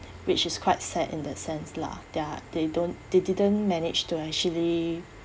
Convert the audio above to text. which is quite sad in that sense lah they're they don't they didn't manage to actually